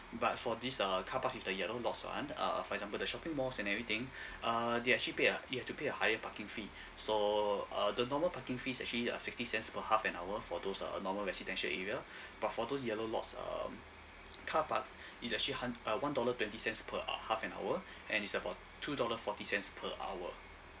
but for this uh carpark with the yellow lots [one] uh for example the shopping malls and everything uh they actually pay uh you have to pay a higher parking fee so uh the normal parking fees actually uh sixty cents per half an hour for those uh normal residential area but for those yellow lots um carpark is actually hun~ uh one dollar twenty cents per uh half an hour and is about two dollar forty cents per hour